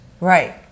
Right